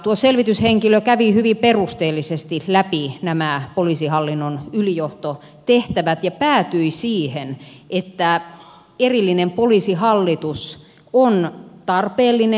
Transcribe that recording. tuo selvityshenkilö kävi hyvin perusteellisesti läpi nämä poliisihallinnon ylijohtotehtävät ja päätyi siihen että erillinen poliisihallitus on tarpeellinen